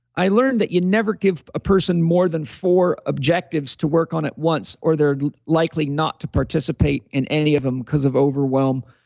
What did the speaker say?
i learned that you never give a person more than four objectives to work on at once, or they're likely not to participate in any of them because of overwhelm.